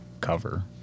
cover